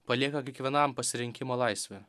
palieka kiekvienam pasirinkimo laisvę